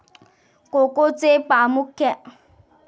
कोकोचे प्रामुख्यान तीन प्रकार आसत, फॉरस्टर, ट्रिनिटारियो, क्रिओलो